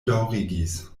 daŭrigis